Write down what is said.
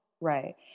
Right